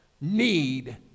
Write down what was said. need